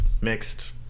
mixed